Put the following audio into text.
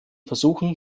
versuchen